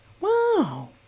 Wow